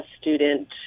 student